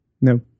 No